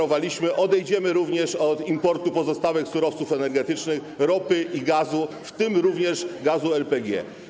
odejdziemy również od importu pozostałych surowców energetycznych: ropy i gazu, w tym również gazu LPG.